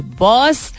boss